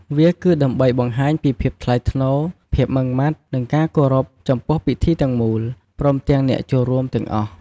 វាគឺដើម្បីបង្ហាញពីភាពថ្លៃថ្នូរ ភាពម៉ឺងម៉ាត់ និងការគោរពចំពោះពិធីទាំងមូល ព្រមទាំងអ្នកចូលរួមទាំងអស់។